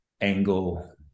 angle